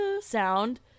sound